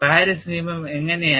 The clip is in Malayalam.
പാരീസ് നിയമം എങ്ങനെയായിരുന്നു